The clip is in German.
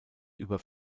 über